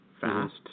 fast